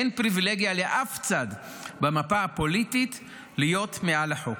אין פריבילגיה לאף צד במפה הפוליטית להיות מעל החוק.